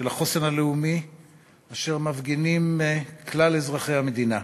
החוסן הלאומי אשר מפגינים כלל אזרחי המדינה.